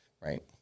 right